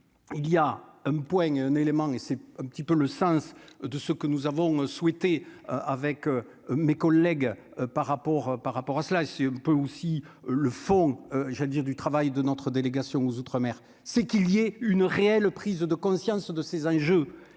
il y a un un élément et c'est un petit peu le sens de ce que nous avons souhaité avec mes collègues, par rapport par rapport à cela, c'est un peu aussi le fond, j'allais dire du travail de notre délégation aux outre-mer, c'est qu'il y ait une réelle prise de conscience de ces enjeux